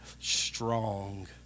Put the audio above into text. strong